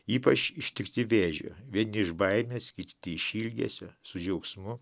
ypač ištikti vėžio vieni iš baimės kiti iš ilgesio su džiaugsmu